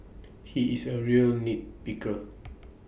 he is A real nit picker